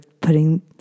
putting